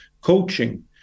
coaching